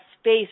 space